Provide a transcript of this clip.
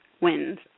wins